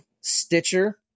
Stitcher